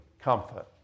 comfort